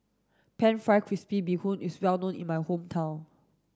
pan fried crispy bee Hoon is well known in my hometown